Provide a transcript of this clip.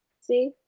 See